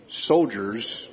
soldiers